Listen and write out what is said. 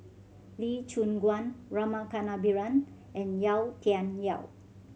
Lee Choon Guan Rama Kannabiran and Yau Tian Yau